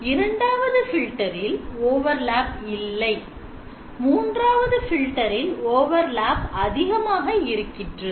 இரண்டாவது filter இல் overlap இல்லை மூன்றாவது filter இல் overlap அதிகமாக இருக்கின்றது